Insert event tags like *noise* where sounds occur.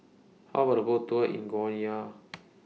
How about A Boat Tour in Guyana *noise*